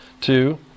two